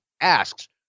asks